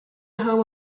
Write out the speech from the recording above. home